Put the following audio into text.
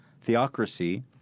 theocracy